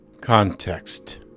Context